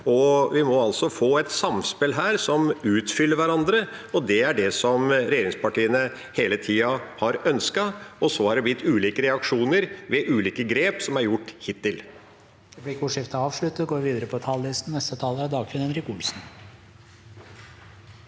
vi må få et samspill hvor en utfyller hverandre. Det er det regjeringspartiene hele tida har ønsket. Det har blitt ulike reaksjoner ved ulike grep som er gjort hittil.